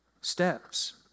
steps